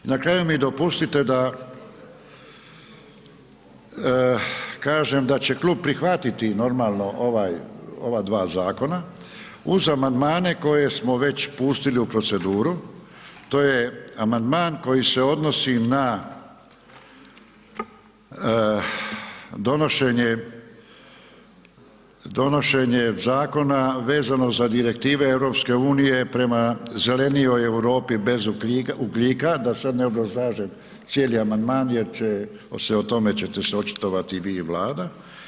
Na kraju mi dopustite da kažem da će klub prihvatiti normalno ova dva zakona uz amandmane koje smo već pustili u proceduru, to je amandman koji se odnosi na donošenje zakona vezano za Direktive EU prema zelenijoj Europi bez ugljika, da sad ne obrazlažem cijeli amandman jer će, o tome ćete se očitovati i vi i Vlada.